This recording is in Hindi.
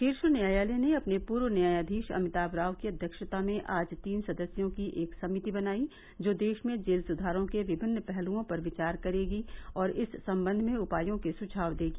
शीर्ष न्यायालय ने अपने पूर्व न्यायाधीश अमिताव रॉय की अध्यक्षता में आज तीन सदस्यों की एक समिति बनाई जो देश में जेल सुधारों के विभिन्न पहलुओं पर विचार करेगी और इस संबंध में उपायों के सुझाव देगी